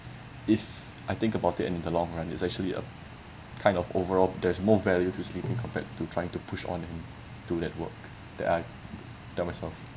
if I think about it in the long run it's actually uh kind of overall there's more value to sleeping compared to trying to push on and do that work that I tell myself